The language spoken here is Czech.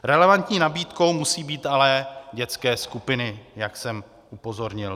Relevantní nabídkou musí být ale dětské skupiny, jak jsem dříve upozornil.